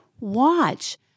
watch